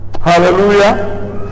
Hallelujah